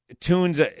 tunes